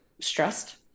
stressed